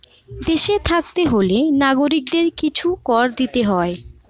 দেশে থাকতে হলে নাগরিকদের কিছু কর দিতে হয়